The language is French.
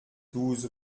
douze